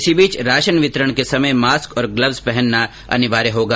इस बीच राशन वितरण के समय मास्क और ग्लव्स पहनना अनिवार्य होगा